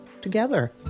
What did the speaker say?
together